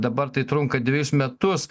dabar tai trunka dvejus metus